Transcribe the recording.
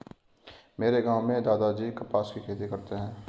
मेरे गांव में दादाजी कपास की खेती करते हैं